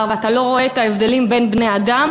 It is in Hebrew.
ואתה לא רואה את ההבדלים בין בני-האדם,